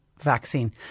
vaccine